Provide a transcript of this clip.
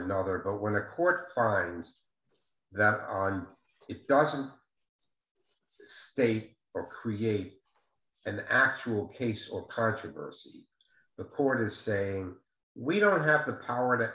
another but when the court finds that it doesn't state or create an actual case or controversy the court is saying we don't have the power to